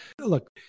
Look